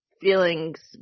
feelings